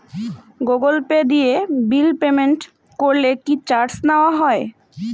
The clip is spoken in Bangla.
গুগল পে দিয়ে বিল পেমেন্ট করলে কি চার্জ নেওয়া হয়?